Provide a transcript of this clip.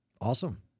Awesome